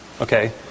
okay